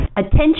attention